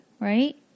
right